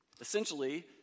essentially